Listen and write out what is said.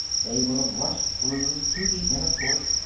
they will have rushed through, to the inner court,